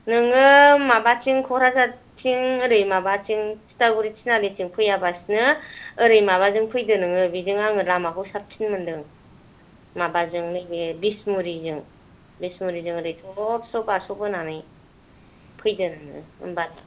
नोङो माबा थिं कक्राझार थिं ओरै माबाथिं तिथागुरि तिनालि थिं फैयाबासिनो ओरै माबाजों फैदो नोङो बिजों आङो लामाखौ साबसिन मोनदों माबाजों नैबे बिसमुरिजों बिसमुरिजों ओरै थबस्र' बारस'बोनानै फैदो नोङो होमबानो